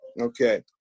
Okay